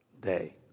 day